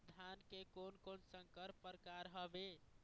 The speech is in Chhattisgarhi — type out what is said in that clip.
धान के कोन कोन संकर परकार हावे?